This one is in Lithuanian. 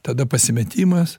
tada pasimetimas